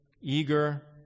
eager